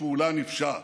לפעולה נפשעת.